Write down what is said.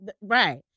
Right